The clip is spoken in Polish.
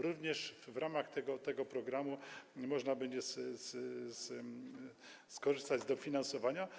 Również w ramach tego programu można będzie skorzystać z dofinansowania.